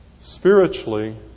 spiritually